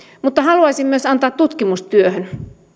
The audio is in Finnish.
mutta haluaisin myös antaa tutkimustyöhön